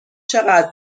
چقدر